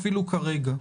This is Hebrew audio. אפילו כרגע.